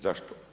Zašto?